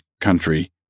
country